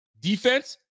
Defense